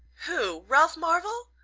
who? ralph marvell?